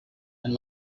and